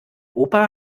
opa